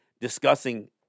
discussing